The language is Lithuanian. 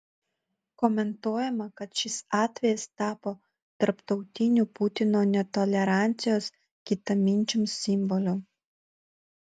komentuojama kad šis atvejis tapo tarptautiniu putino netolerancijos kitaminčiams simboliu